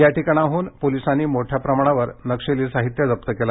या ठिकाणाहून पोलिसांनी मोठ्या प्रमाणावर नक्षली साहित्य जप्त केलं